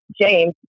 James